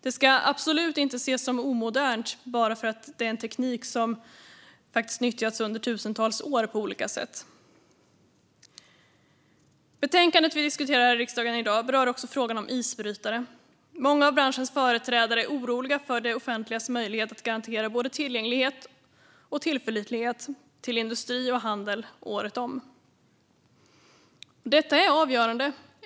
Det ska absolut inte ses som omodernt bara för att tekniken på olika sätt utnyttjats under tusentals år. Betänkandet vi nu diskuterar berör också frågan om isbrytare. Många av branschens företrädare är oroliga för det offentligas möjlighet att garantera både tillgänglighet och tillförlitlighet för industri och handel året om. Detta är avgörande.